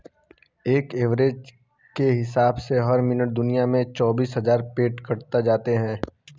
एक एवरेज के हिसाब से हर मिनट दुनिया में चौबीस हज़ार पेड़ कट जाते हैं